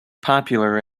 popular